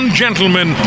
gentlemen